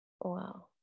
Wow